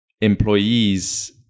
employees